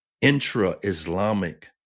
intra-Islamic